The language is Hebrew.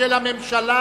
של הממשלה